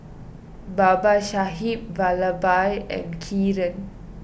Babasaheb Vallabhbhai and Kiran